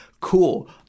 cool